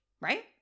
Right